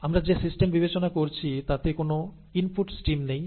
আমরা যে সিস্টেম বিবেচনা করছি তাতে কোন ইনপুট স্ট্রিম নেই